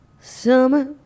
summer